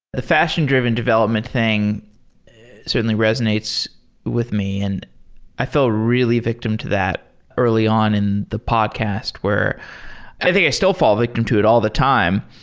a fashion-driven development thing certainly resonates with me, and i feel really victim to that early on in the podcast where i think i still fall victim to it all the time,